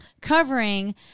covering